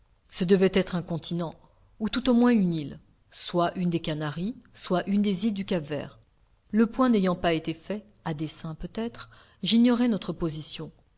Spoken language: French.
ce devait être un continent ou tout au moins une île soit une des canaries soit une des îles du cap vert le point n'ayant pas été fait à dessein peut-être j'ignorais notre position